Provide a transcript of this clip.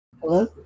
Hello